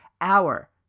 hour